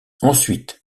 ensuite